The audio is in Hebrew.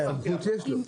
סמכות יש לו.